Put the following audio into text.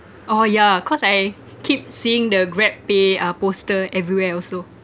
oh yeah cause I keep seeing the grabpay uh poster everywhere also